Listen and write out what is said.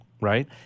Right